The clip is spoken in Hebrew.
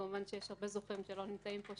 כמובן יש הרבה זוכים שלא נמצאים פה,